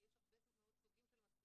כי יש הרבה סוגים של מצלמות